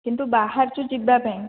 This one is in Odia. କିନ୍ତୁ ବାହାରିଛୁ ଯିବା ପାଇଁ